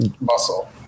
muscle